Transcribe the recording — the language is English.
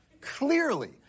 Clearly